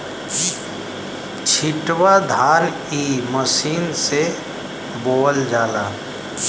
छिटवा धान इ मशीन से बोवल जाला